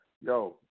Yo